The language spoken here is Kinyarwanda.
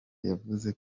yavuze